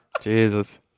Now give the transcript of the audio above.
Jesus